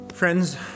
Friends